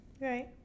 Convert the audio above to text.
right